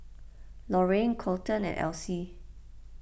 Lorayne Kolten and Elsie